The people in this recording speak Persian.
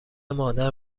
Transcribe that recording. مادر